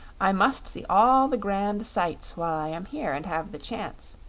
i must see all the grand sights while i am here and have the chance,